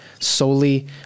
solely